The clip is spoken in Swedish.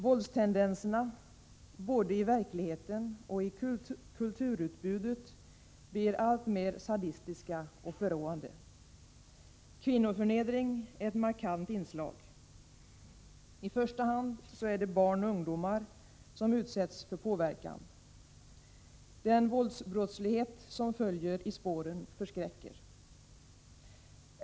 Våldstendenserna, både i verkligheten och i kulturutbudet, blir alltmer sadistiska och förråande. Kvinnoförnedring är ett markant inslag. I första hand är det barn och ungdomar som utsätts för påverkan. Den våldsbrottslighet som följer i spåren förskräcker.